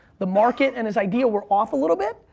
the market and his idea were off a little bit,